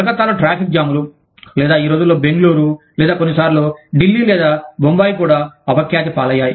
కలకత్తాలో ట్రాఫిక్ జామ్లు లేదా ఈ రోజుల్లో బెంగళూరు లేదా కొన్నిసార్లు డిల్లీ లేదా బొంబాయి కూడా అపఖ్యాతి పాలయ్యాయి